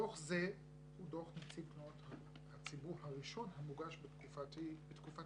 דוח זה הוא דוח נציב תלונות הציבור הראשון המוגש בתקופת כהונתי